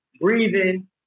breathing